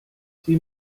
sie